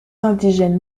indigènes